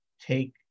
take